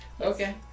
Okay